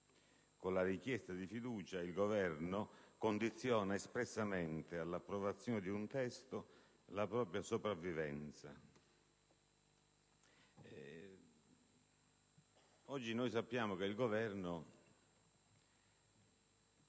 con la richiesta di fiducia il Governo condiziona espressamente all'approvazione di un testo la propria sopravvivenza. Oggi noi sappiamo che il Governo